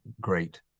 great